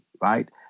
right